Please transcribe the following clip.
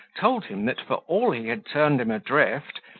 told him, that for all he had turned him adrift,